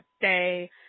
day